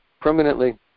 permanently